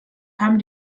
haben